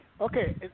okay